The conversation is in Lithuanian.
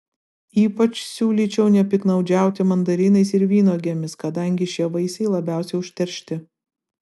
ypač siūlyčiau nepiktnaudžiauti mandarinais ir vynuogėmis kadangi šie vaisiai labiausiai užteršti